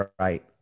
right